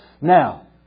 Now